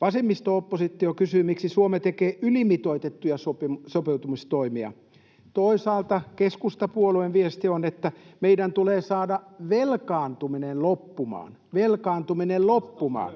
Vasemmisto-oppositio kysyy, miksi Suomi tekee ylimitoitettuja sopeutumistoimia. Toisaalta keskustapuolueen viesti on, että meidän tulee saada velkaantuminen loppumaan — velkaantuminen loppumaan.